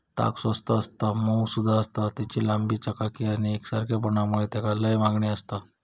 ताग स्वस्त आसता, मऊसुद आसता, तेची लांबी, चकाकी आणि एकसारखेपणा मुळे तेका लय मागणी आसता